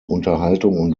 unterhaltung